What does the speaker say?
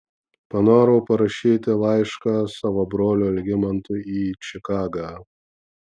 panorau parašyti laišką savo broliui algimantui į čikagą